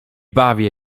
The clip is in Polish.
bawię